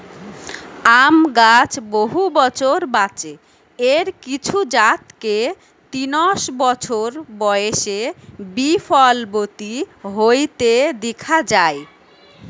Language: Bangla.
আম গাছ বহু বছর বাঁচে, এর কিছু জাতকে তিনশ বছর বয়সে বি ফলবতী হইতে দিখা যায়